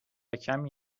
کمی